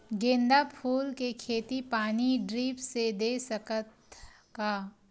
गेंदा फूल के खेती पानी ड्रिप से दे सकथ का?